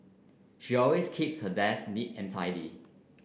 she always keeps her desk neat and tidy